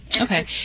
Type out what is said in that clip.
Okay